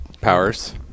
Powers